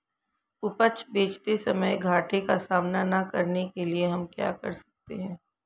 उपज बेचते समय घाटे का सामना न करने के लिए हम क्या कर सकते हैं?